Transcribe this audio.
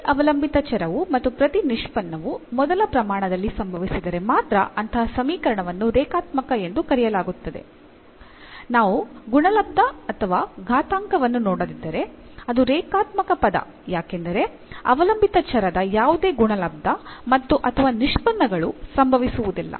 ಪ್ರತಿ ಅವಲಂಬಿತ ಚರವು ಮತ್ತು ಪ್ರತಿ ನಿಷ್ಪನ್ನವು ಮೊದಲ ಪ್ರಮಾಣದಲ್ಲಿ ಸಂಭವಿಸಿದರೆ ಮಾತ್ರ ಅಂತಹ ಸಮೀಕರಣವನ್ನು ರೇಖಾತ್ಮಕ ಎಂದು ಕರೆಯಲಾಗುತ್ತದೆ ನಾವು ಗುಣಲಬ್ದ ಅಥವಾ ಘಾತಾಂಕವನ್ನು ನೋಡದಿದ್ದರೆ ಅದು ರೇಖಾತ್ಮಕ ಪದ ಯಾಕೆಂದರೆ ಅವಲಂಬಿತ ಚರದ ಯಾವುದೇ ಗುಣಲಬ್ದ ಮತ್ತು ಅಥವಾ ನಿಷ್ಪನ್ನಗಳು ಸಂಭವಿಸುವುದಿಲ್ಲ